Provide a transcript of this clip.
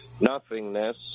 nothingness